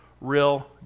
real